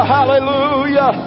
hallelujah